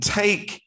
take